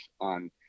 on